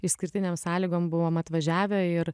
išskirtinėm sąlygom buvom atvažiavę ir